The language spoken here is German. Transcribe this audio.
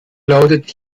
lautet